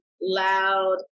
loud